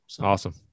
Awesome